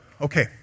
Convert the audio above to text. Okay